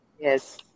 yes